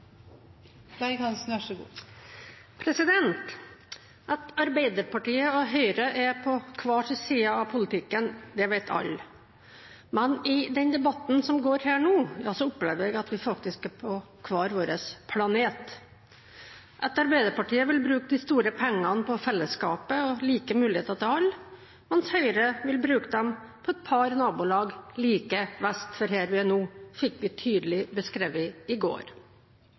på hver sin side av politikken, vet alle. Men i den debatten som går her nå, opplever jeg at vi faktisk er på hver vår planet. At Arbeiderpartiet vil bruke de store pengene på fellesskapet og like muligheter til alle, mens Høyre vil bruke dem på et par nabolag like vest for hvor vi er nå, fikk vi tydelig beskrevet i går.